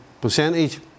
Percentage